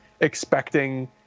expecting